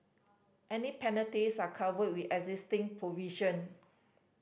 any penalties are covered with existing provision